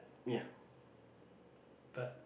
but